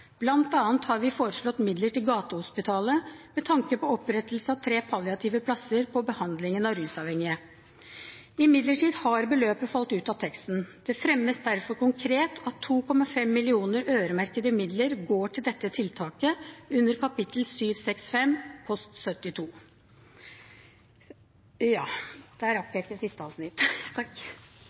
annet har vi foreslått midler til Gatehospitalet med tanke på opprettelse av tre palliative plasser til behandling av rusavhengige. Imidlertid har beløpet falt ut av teksten. Det foreslås derfor konkret at 2,5 mill. kr øremerkede midler går til dette tiltaket under kap. 765 post 72.